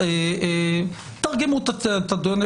אז תתרגמו את הדוח.